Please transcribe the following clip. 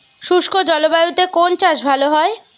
শুষ্ক জলবায়ুতে কোন চাষ ভালো হয়?